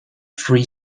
free